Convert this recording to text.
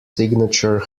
signature